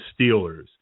Steelers